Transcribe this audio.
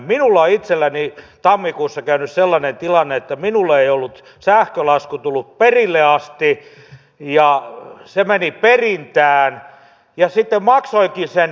minulla on itselläni tammikuussa käynyt sellainen tilanne että minulle ei ollut sähkölasku tullut perille asti ja se meni perintään ja sitten maksoinkin sen pir